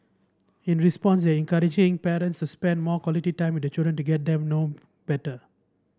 in response encouraging parents to spend more quality time with their children to get them know better